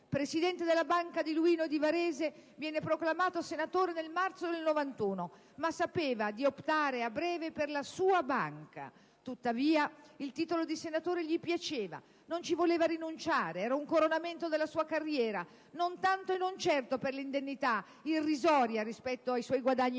Presidente della Banca di Luino e di Varese, viene proclamato senatore nel marzo 1991, ma sapeva di optare a breve per la "sua" banca. Tuttavia, il titolo di senatore gli piaceva, non ci voleva rinunciare, era un coronamento della sua carriera. Non tanto e non certo per l'indennità (irrisoria rispetto ai suoi guadagni professionali),